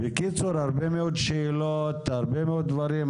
בקיצור, הרבה מאוד שאלות, הרבה מאוד דברים.